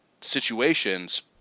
situations